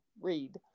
read